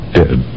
dead